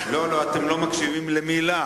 לא, אתם לא מקשיבים למלה.